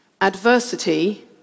Adversity